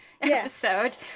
episode